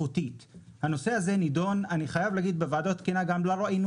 כשהנושא הזה נדון בוועדות תקינה לא ראינו